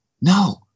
No